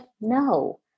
no